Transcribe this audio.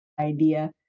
idea